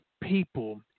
people